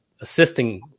assisting